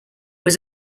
was